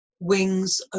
wings